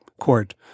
Court